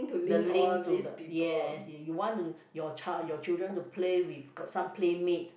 the link to the yes you want to your child your children to play with got some play mate